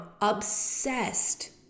obsessed